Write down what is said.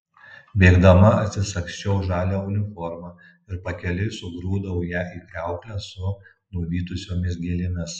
bėgdama atsisagsčiau žalią uniformą ir pakeliui sugrūdau ją į kriauklę su nuvytusiomis gėlėmis